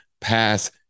pass